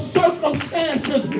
circumstances